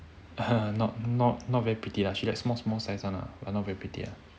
not not very pretty lah she like small small size one ah but like not very pretty ah